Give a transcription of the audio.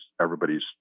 everybody's